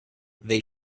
they